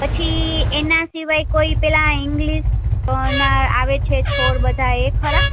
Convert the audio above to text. પછી એના સિવાય કોઈ પેલા ઇંગ્લિશના આવે છે છોડ બધા એ ખરા